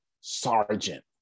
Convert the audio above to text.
sergeant